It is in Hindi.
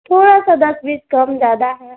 थोड़ा सा दस बीस कम ज़्यादा है